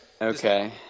Okay